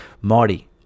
Marty